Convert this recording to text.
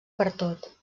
pertot